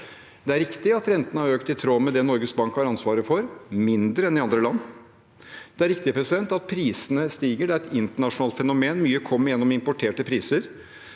riktig at rentene har økt i tråd med det Norges Bank har ansvaret for – mindre enn i andre land. Det er riktig at prisene stiger, det er et internasjonalt fenomen, og mye kom gjennom importerte priser.